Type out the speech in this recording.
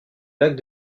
lac